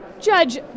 Judge